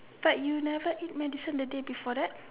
but you never eat medicine the day before that